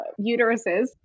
uteruses